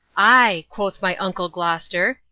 ay, quoth my uncle gloster,